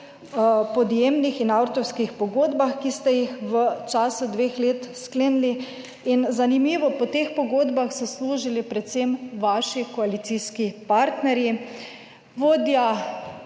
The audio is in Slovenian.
podjemnih in avtorskih pogodbah, ki ste jih v času dveh let sklenili. In zanimivo, po teh pogodbah so služili predvsem vaši koalicijski partnerji, vodja